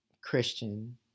Christian